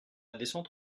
descente